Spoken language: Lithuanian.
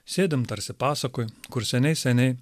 sėdim tarsi pasakoj kur seniai seniai